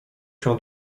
się